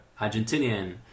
Argentinian